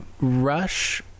Rush